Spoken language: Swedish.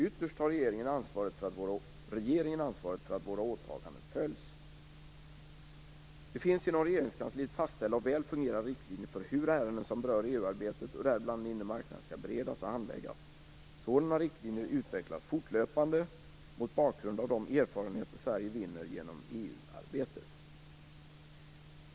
Ytterst har regeringen ansvaret för att våra åtaganden följs. Det finns inom Regeringskansliet fastställda och väl fungerande riktlinjer för hur ärenden som berör EU-arbetet och däribland den inre marknaden skall beredas och handläggas. Sådana riktlinjer utvecklas fortlöpande mot bakgrund av de erfarenheter Sverige vinner genom EU-arbetet.